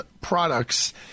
products